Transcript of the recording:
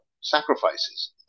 sacrifices